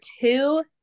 two